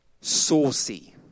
saucy